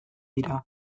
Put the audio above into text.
dira